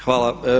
Hvala.